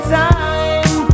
time